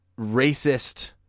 racist